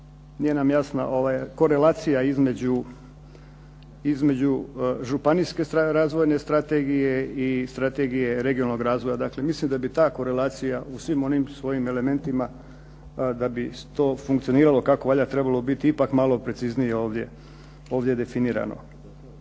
nije nam jasna korelacija između županijske razvojne strategije i strategije regionalnog razvoja. Mislim da bi ta korelacija u svim onim svojim elementima, da bi to funkcioniralo kako valja ipak trebalo biti malo preciznije definirano.